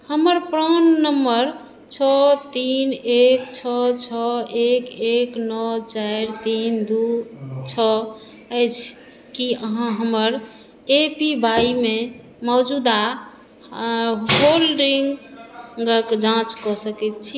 हमर PRAN number छओ तीन एक छओ छओ एक एक नओ चारि तीन दू छओ अछि की अहाँ हमर ए पी वाई मे मौजूदा होलडिंगक जाँच कऽ सकैत छी